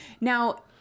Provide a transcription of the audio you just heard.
Now